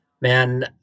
man